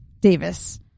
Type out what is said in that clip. Davis